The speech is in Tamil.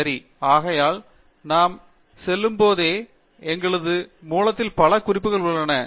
சரி ஆகையால் நாம் செல்லும்போதே எங்களது மூலத்தில் பல குறிப்புகள் உள்ளன